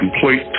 complete